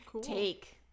take